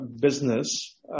business